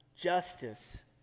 justice